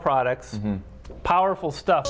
products powerful stuff